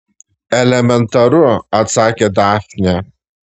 elementaru atsakė dafnė